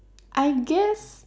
I guess